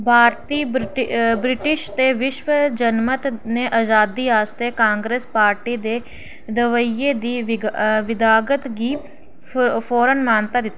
भारती British ते विश्व जनमत ने अजादी आस्तै कांग्रेस पार्टी दे दवेइये दी विधागत गी फौरन मानता दित्ती